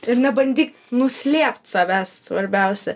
ir nebandyk nuslėpt savęs svarbiausia